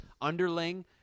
underling